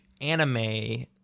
anime